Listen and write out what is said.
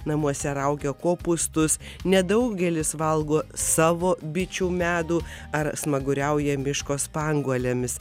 namuose raugia kopūstus nedaugelis valgo savo bičių medų ar smaguriauja miško spanguolėmis